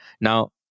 Now